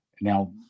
Now